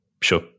Sure